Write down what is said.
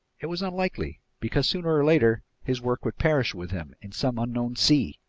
it was unlikely, because sooner or later his work would perish with him in some unknown sea!